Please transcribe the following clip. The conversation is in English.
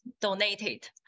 donated